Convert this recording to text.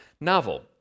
novel